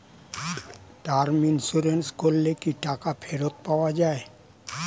Term insurance করলে কি টাকা ফেরত পাওয়া যায়?